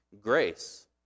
grace